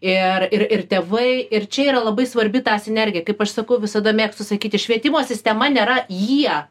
ir ir ir tėvai ir čia yra labai svarbi ta sinergija kaip aš sakau visada mėgstu sakyti švietimo sistema nėra jie